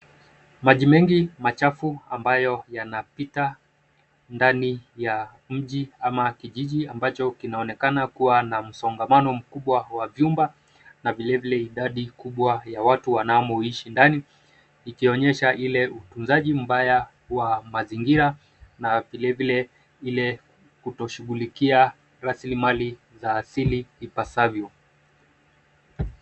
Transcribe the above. Maji mengi machafu ambayo yanapita ndani ya mji ama kijiji ambacho kinaonekana kuwa na msongamano mkubwa wa vyumba na vilevile idadi kubwa ya watu wanamoishi ndani ikionyesha ile utunzaji mbaya wa mazingira na vilevile ile kutoshughulikia rasilimali za asili ipasavyo.